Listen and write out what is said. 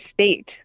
state